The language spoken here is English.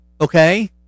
okay